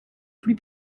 plus